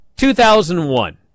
2001